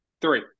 Three